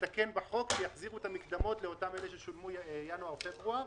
לתקן בחוק כדי שיחזירו את המקדמות לאותם אלה ששילמו עבור ינואר-פברואר.